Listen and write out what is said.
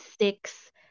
six